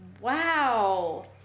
wow